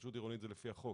בהתחדשות עירונית זה לפי החוק